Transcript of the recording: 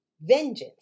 vengeance